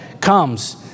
comes